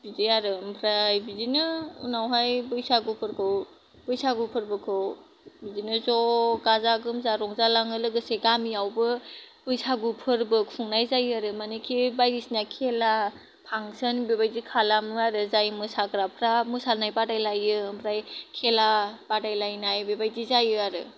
बिदि आरो ओमफ्राय बिदिनो उनावहाय बैसागुफोरखौ बैसागु फोर्बोखौ बिदिनो ज' गाजा गोमजा रंजा लाङो लोगोसे गामिआवबो बैसागु फोरबो खुंनाय जायो आरो मानोखि बायदिसना खेला फांक्सन बेबायदि खालामो आरो जाय मोसाग्राफ्रा मोसानाय बादायलायो ओमफ्राय खेला बादायलायनाय बेबादि जायो आरो